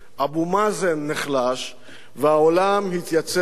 אבו מאזן נחלש והעולם התייצב